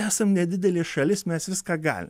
esam nedidelė šalis mes viską galim